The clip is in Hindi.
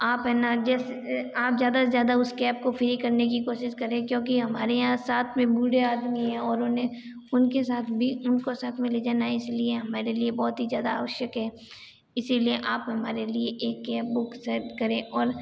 आप है न आप ज़्यादा से ज़्यादा उस कैब को फ़्री करने की कोशिश करे क्योंकि हमारे यहाँ साथ में बूढ़े आदमी है और उन्हें उनके साथ भी उनको साथ में ले जाना है इसलिए हमारे लिए बहुत ही ज़्यादा आवश्यक है इसीलिए आप हमारे लिए एक कैब बुक शायद करें और